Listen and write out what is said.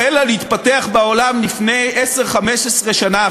החלה להתפתח בעולם לפני 10 15 שנה,